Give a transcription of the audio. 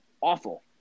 awful